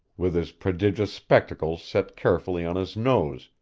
with his prodigious spectacles set carefully on his nose,